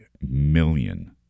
million